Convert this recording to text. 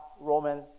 Roman